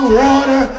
water